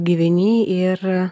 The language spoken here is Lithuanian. gyveni ir